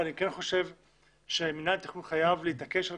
אבל אני כן חושב שמנהל התכנון חייב להתעקש על